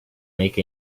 make